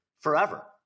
forever